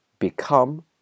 become